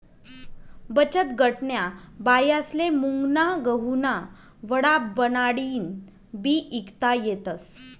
बचतगटन्या बायास्ले मुंगना गहुना वडा बनाडीन बी ईकता येतस